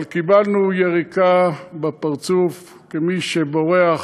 אבל קיבלנו יריקה בפרצוף, כי מי שבורח,